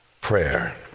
prayer